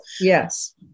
Yes